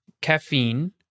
Caffeine